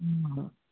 విన్నాను